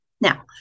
Now